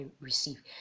receive